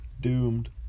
Doomed